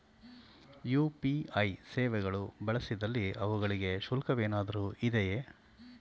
UPI ಸೇವೆಗಳು ಬಳಸಿದಲ್ಲಿ ಅವುಗಳಿಗೆ ಶುಲ್ಕವೇನಾದರೂ ಇದೆಯೇ?